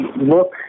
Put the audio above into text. Look